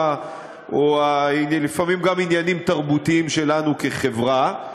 או לפעמים גם עניינים תרבותיים שלנו כחברה.